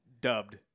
dubbed